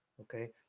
okay